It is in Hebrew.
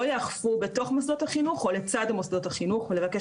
יאכפו בתוך מוסדות החינוך או לצד מוסדות החינוך לבקש